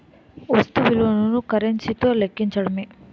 వస్తు విలువను కరెన్సీ తో లెక్కించడమే